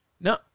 no